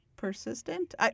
Persistent